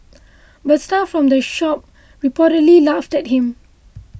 but staff from the shop reportedly laughed at him